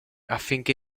affinché